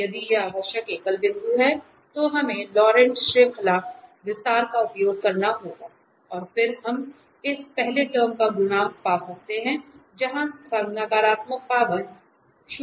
यदि यह आवश्यक एकल बिंदु है तो हमें लॉरेंट श्रृंखला विस्तार का उपयोग करना होगा और फिर हम इस पहले टर्म का गुणांक पा सकते हैं जहां नकारात्मक पावर शुरू होती हैं